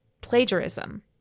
plagiarism